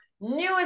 newest